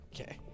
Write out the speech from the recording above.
Okay